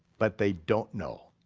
but they don't know